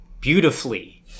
beautifully